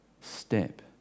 step